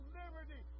liberty